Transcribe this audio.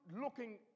looking